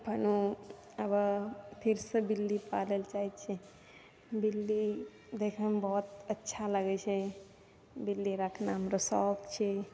हम आब फेरसँ बिल्ली पालै चाहे छियै बिल्ली देखैमे बहुत अच्छा लागै छै बिल्ली राखना हमरा शौक छै